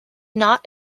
not